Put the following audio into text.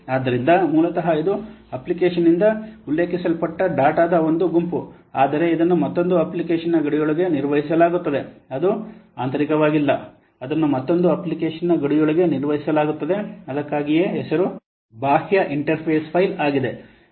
ಆದ್ದರಿಂದ ಮೂಲತಃ ಇದು ಅಪ್ಲಿಕೇಶನ್ನಿಂದ ಉಲ್ಲೇಖಿಸಲ್ಪಟ್ಟ ಡೇಟಾದ ಒಂದು ಗುಂಪು ಆದರೆ ಇದನ್ನು ಮತ್ತೊಂದು ಅಪ್ಲಿಕೇಶನ್ನ ಗಡಿಯೊಳಗೆ ನಿರ್ವಹಿಸಲಾಗುತ್ತದೆ ಅದು ಆಂತರಿಕವಾಗಿಲ್ಲ ಅದನ್ನು ಮತ್ತೊಂದು ಅಪ್ಲಿಕೇಶನ್ನ ಗಡಿಯೊಳಗೆ ನಿರ್ವಹಿಸಲಾಗುತ್ತದೆ ಅದಕ್ಕಾಗಿಯೇ ಹೆಸರು ಬಾಹ್ಯ ಇಂಟರ್ಫೇಸ್ ಫೈಲ್ ಆಗಿದೆ